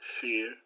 Fear